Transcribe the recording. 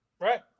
Right